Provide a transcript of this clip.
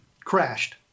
crashed